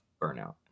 burnout